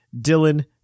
dylan